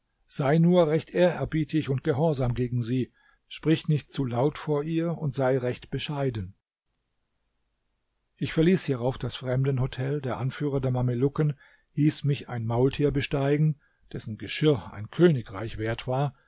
sei nur recht ehrerbietig und gehorsam gegen sie sprich nicht zu laut vor ihr und sei recht bescheiden ich verließ hierauf das fremdenhotel der anführer der mamelucken hieß mich ein maultier besteigen dessen geschirr ein königreich wert war